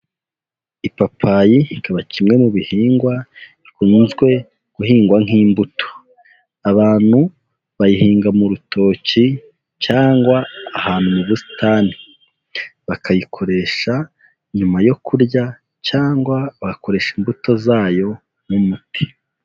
Ipapayi ikaba kimwe mu bihingwa bikunzwe guhingwa nk'imbuto. Abantu bayihinga mu rutoki cyangwa ahantu mu busitani. Bakayikoresha nyuma yo kurya, cyangwa bagakoresha imbuto zayo nk'umuti.